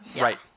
Right